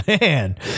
man